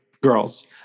girls